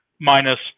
minus